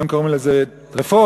היום קוראים לזה רפורמים,